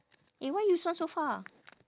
eh why you sound so far